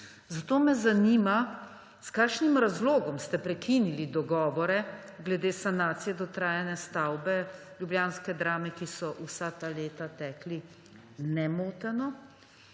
Zato me zanima: S kakšnim razlogom ste prekinili dogovore glede sanacije dotrajane stavbe ljubljanske Drame, ki so vsa ta leta tekli nemoteno?